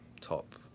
top